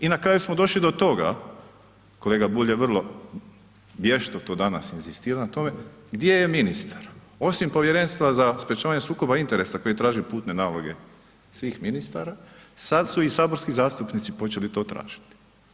I na kraju smo došli do toga, kolega Bulj je vrlo vješto to danas inzistirao na tome, gdje je ministar, osim Povjerenstva za sprječavanje sukoba interesa koji traži putne naloge svih ministara, sad su i saborski zastupnici počeli to tražiti.